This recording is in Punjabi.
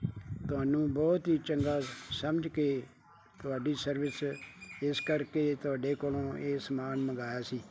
ਤੁਹਾਨੂੰ ਬਹੁਤ ਹੀ ਚੰਗਾ ਸਮਝ ਕੇ ਤੁਹਾਡੀ ਸਰਵਿਸ ਇਸ ਕਰਕੇ ਤੁਹਾਡੇ ਕੋਲੋਂ ਇਹ ਸਮਾਨ ਮੰਗਵਾਇਆ ਸੀ